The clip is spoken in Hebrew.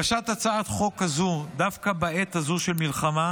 הגשת הצעת החוק הזו דווקא בעת הזו של המלחמה,